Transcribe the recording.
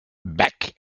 back